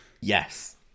Yes